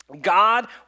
God